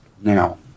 now